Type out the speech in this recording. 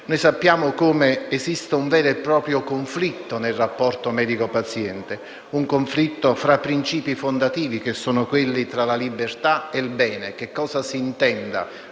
Noi sappiamo come esista un vero e proprio conflitto nel rapporto medico-paziente, un conflitto tra principi fondativi, tra libertà e bene e tra che cosa si intenda